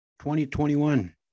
2021